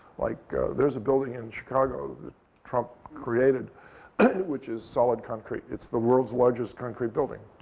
like there's a building in chicago that trump created which is solid concrete. it's the world's largest concrete building.